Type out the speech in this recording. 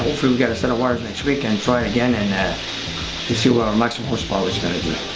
a set of wires next week and try it again and that you see what maximum horsepower its gonna do